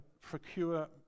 procure